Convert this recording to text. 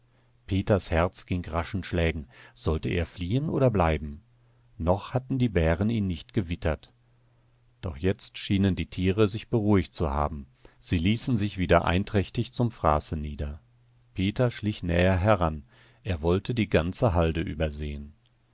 peters herz ging in raschen schlägen sollte er fliehen oder bleiben noch hatten die bären ihn nicht gewittert doch jetzt schienen sich die tiere beruhigt zu haben sie ließen sich wieder einträchtig zum fraße nieder peter schlich näher heran er wollte die ganze halde übersehen